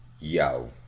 yo